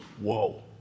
whoa